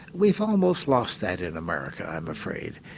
we've almost lost that in america i'm afraid.